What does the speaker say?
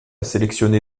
sélectionné